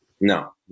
No